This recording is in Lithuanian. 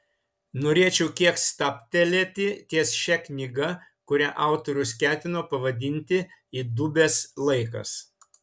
norėčiau kiek stabtelėti ties šia knyga kurią autorius ketino pavadinti įdubęs laikas